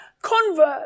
Convert